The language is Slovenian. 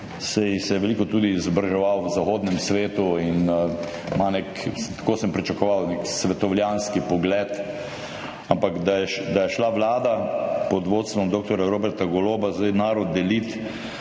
se je veliko tudi izobraževal v zahodnem svetu in ima nek, tako sem pričakoval, svetovljanski pogled. Ampak da je šla vlada pod vodstvom dr. Roberta Goloba zdaj narod delit